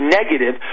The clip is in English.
negative